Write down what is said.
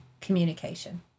communication